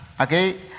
Okay